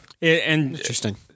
Interesting